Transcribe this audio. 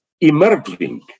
emerging